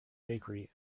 bakery